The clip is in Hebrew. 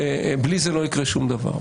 בלי זה לא יקרה שום דבר.